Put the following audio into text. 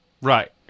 Right